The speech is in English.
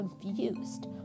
confused